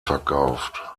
verkauft